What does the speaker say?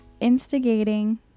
instigating